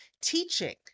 teaching